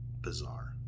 Bizarre